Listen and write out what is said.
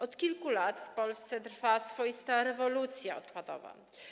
Od kilku lat w Polsce trwa swoista rewolucja odpadowa.